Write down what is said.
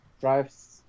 drives